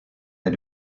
est